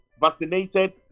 vaccinated